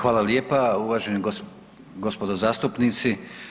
Hvala lijepa uvaženi gospodo zastupnici.